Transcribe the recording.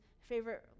favorite